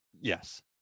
Yes